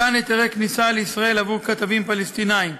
מתן היתרי כניסה לישראל עבור כתבים פלסטינים,